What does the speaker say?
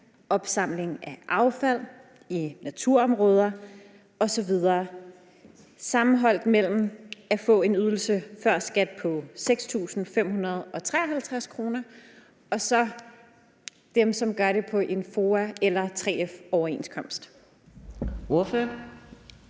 opsamling af affald ved naturområder osv. sammenholdt med det at få en ydelse før skat på 6.553 kr., og så det, der gælder dem, som gør det på en FOA- eller 3F-overenskomst? Kl.